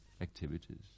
activities